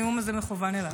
הנאום הזה מכוון אליו.